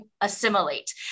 assimilate